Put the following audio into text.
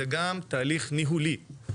זה גם תהליך ניהולי.